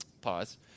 Pause